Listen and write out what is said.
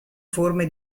forme